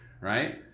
right